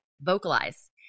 vocalize